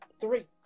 three